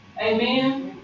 Amen